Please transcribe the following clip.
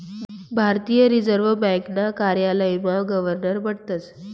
भारतीय रिजर्व ब्यांकना कार्यालयमा गवर्नर बठतस